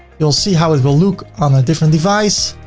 you'll see how it will look on a different device,